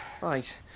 Right